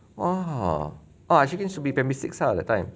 !wah! !wah! asyikin should be primary six out of the time